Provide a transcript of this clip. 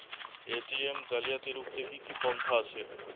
ATM জালিয়াতি রুখতে কি কি পন্থা আছে?